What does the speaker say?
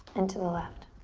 and to the left.